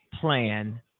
plan